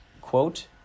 quote